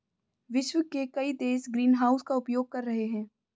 विश्व के कई देश ग्रीनहाउस का उपयोग कर रहे हैं